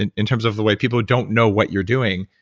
and in terms of the way people who don't know what you're doing.